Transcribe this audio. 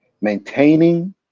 maintaining